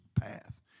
path